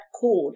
code